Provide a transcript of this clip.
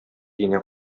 өенә